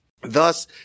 Thus